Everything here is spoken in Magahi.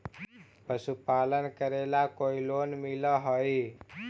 पशुपालन करेला कोई लोन मिल हइ?